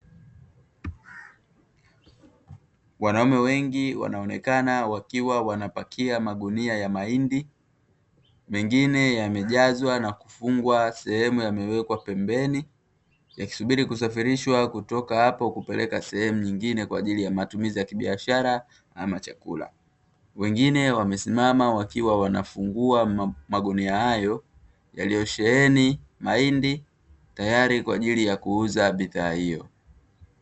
Wanaume wengi wanaonekana wakiwa wanapakia magunia ya mahindi mengine yamejazwa na kufungwa sehemu yamewekwa pembeni yakisubiri kusafirishwa kutoka hapo kupeleka sehemu nyengine kwa ajili ya matumizi ya kibiashara ama chakula. Wengine wamesimama wakiwa wanafungua magunia hayo yaliyosheheni mahindi tayari kwa ajili ya kuuza bidhaa hiyo.